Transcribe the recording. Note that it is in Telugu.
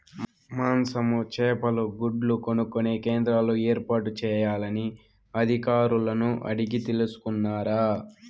మాంసము, చేపలు, గుడ్లు కొనుక్కొనే కేంద్రాలు ఏర్పాటు చేయాలని అధికారులను అడిగి తెలుసుకున్నారా?